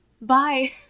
Bye